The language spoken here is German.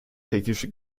technische